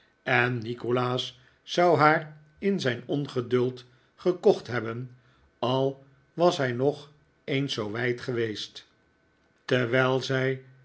en nikolaas zou haar in zijn ongeduld gekocht hebben al was zij nog eens zoo wijd geweest terwijl zij